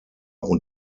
und